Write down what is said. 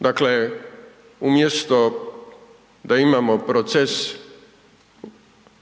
Dakle, umjesto da imamo proces